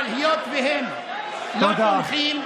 אבל היות שהם לא תומכים,